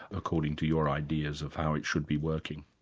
according to your ideas of how it should be working?